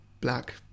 black